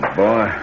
boy